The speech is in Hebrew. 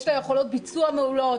יש לה יכולות ביצוע מעולות.